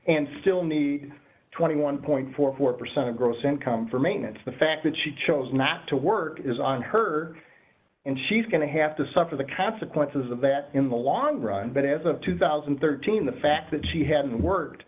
and still need twenty one forty four percent of gross income for maintenance the fact that she chose not to work is on her and she's going to have to suffer the consequences of that in the long run but as of two thousand and thirteen the fact that she hadn't wor